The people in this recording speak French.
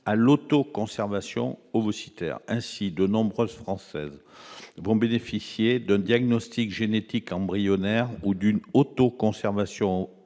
à l'autoconservation ovocytaire. Ainsi, de nombreuses Françaises vont bénéficier d'un diagnostic génétique embryonnaire ou d'une autoconservation ovocytaire